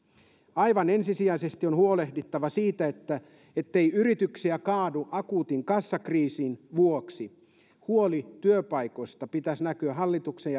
aivan ensisijaisesti on huolehdittava siitä ettei yrityksiä kaadu akuutin kassakriisin vuoksi huolen työpaikoista pitäisi näkyä hallituksen